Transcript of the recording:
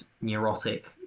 neurotic